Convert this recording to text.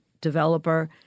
developer